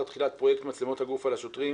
תחילת פרויקט מצלמות הגוף על השוטרים